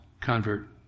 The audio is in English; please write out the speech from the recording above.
convert